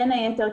בין היתר,